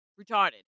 retarded